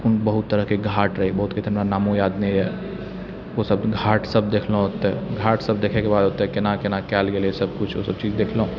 बहुत तरहके घाट रहै बहुत तरहके ओतना नामो याद नहि अइ ओ सब घाटसब देखलहुँ तऽ घाटसब देखैके बाद ओतऽ कोना कोना कएल गेलै सबकिछु ओसब चीज देखलहुँ